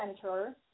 center